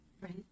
Right